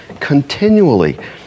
continually